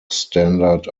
standard